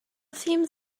theme